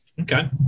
Okay